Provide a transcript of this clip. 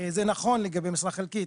זה נכון לגבי משרה חלקית.